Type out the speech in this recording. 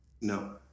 No